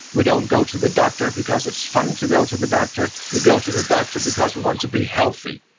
we don't go to the doctor because it's fun to go to the doctor. we go to the doctor because we want to be healthy,